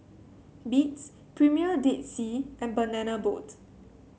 Beats Premier Dead Sea and Banana Boat